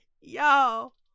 Y'all